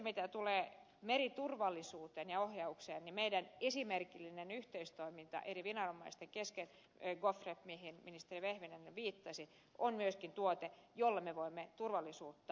mitä tulee meriturvallisuuteen ja ohjaukseen niin meidän esimerkillinen yhteistoimintamme eri viranomaisten kesken gofrep mihin ministeri vehviläinen viittasi on myöskin tuote jolla me voimme turvallisuutta parantaa